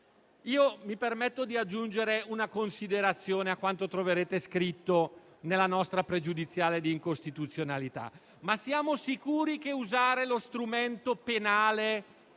Mi permetto di aggiungere una considerazione a quanto troverete scritto nella nostra questione pregiudiziale di costituzionalità: siamo sicuri che usare lo strumento penale